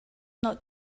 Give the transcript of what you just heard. not